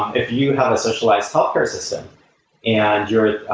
if you have a socialized healthcare system and you're a